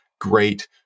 great